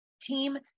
team